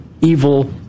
evil